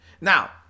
Now